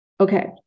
Okay